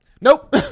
Nope